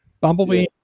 Bumblebee